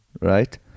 right